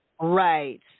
Right